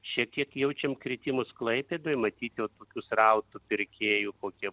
šiek tiek jaučiam kritimus klaipėdoj matyt jau tokių srautų pirkėjų kokie